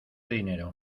dinero